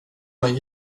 mig